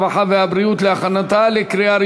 הרווחה והבריאות נתקבלה.